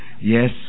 Yes